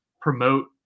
promote